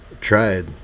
tried